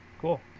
Cool